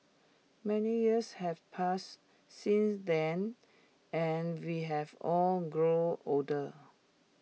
many years have passed since then and we have all grown older